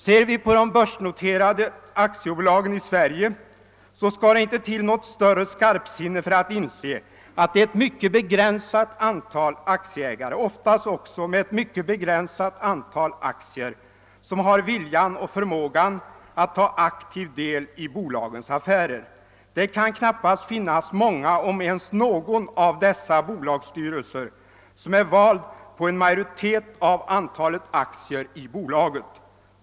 Ser vi på de börsnoterade aktiebo lagen i Sverige, skall det inte till något större skarpsinne för att inse att det är ett mycket begränsat antal aktieägare, ofta också med ett mycket begränsat antal aktier, som har vilja och förmåga att ta aktiv del i bolagens affärer. Det kan knappast finnas många, om ens någon av dessa bolagsstyrelser som är valda på en majoritet av antalet aktier i bolaget.